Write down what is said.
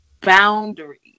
Boundaries